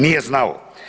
Nije znao.